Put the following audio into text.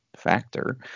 factor